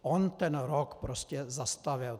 On ten rok prostě zastavil.